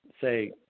say